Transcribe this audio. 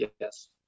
yes